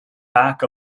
back